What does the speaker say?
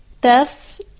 thefts